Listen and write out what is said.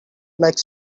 like